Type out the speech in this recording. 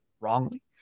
wrongly